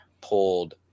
pulled